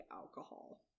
alcohol